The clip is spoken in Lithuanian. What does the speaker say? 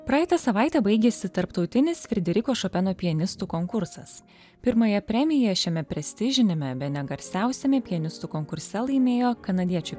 praeitą savaitę baigėsi tarptautinis frederiko šopeno pianistų konkursas pirmąją premiją šiame prestižiniame bene garsiausiame pianistų konkurse laimėjo kanadiečių